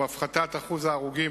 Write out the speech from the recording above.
הוא הפחתת שיעור ההרוגים,